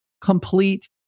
complete